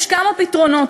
יש כמה פתרונות.